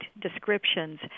descriptions